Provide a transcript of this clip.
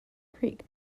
creek